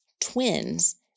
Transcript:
twins